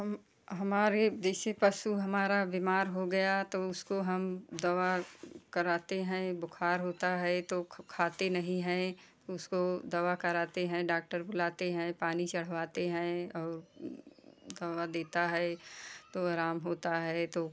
हम हमारे जैसे हमारा पशु हमारा बीमार हो गया तो उसको हम दवा कराते हैं बुखार होता है तो खाते नहीं है उस को दवा कराते हैं डॉक्टर बुलाते हैं पानी चढ़वाते हैं और दवा देता है तो आराम होता है तो